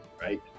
right